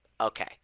Okay